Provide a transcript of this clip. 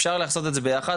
אפשר לעשות את זה ביחד,